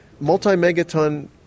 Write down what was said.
multi-megaton